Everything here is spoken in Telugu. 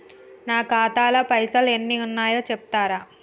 నా ఖాతా లా పైసల్ ఎన్ని ఉన్నాయో చెప్తరా?